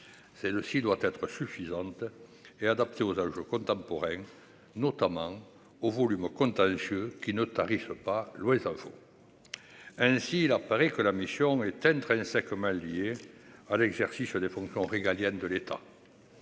celle-ci doit être suffisante et adaptée aux enjeux contemporains, notamment au volume contentieux qui ne tarissent pas, loin s'en faut, ainsi, il apparaît que la mission est intrinsèque commun liés à l'exercice des fonds de quand régaliennes de l'État.